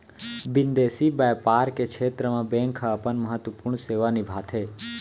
बिंदेसी बैपार के छेत्र म बेंक ह अपन महत्वपूर्न सेवा निभाथे